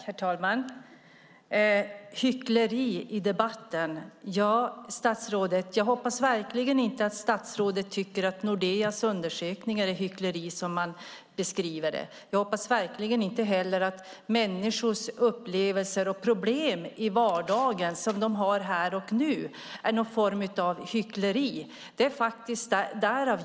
Herr talman! Hyckleri i debatten? Jag hoppas verkligen inte att statsrådet tycker att Nordeas undersökning är hyckleri. Jag hoppas verkligen inte heller att människors upplevelser och problem i vardagen, som de har här och nu, är någon form av hyckleri.